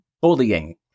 bullying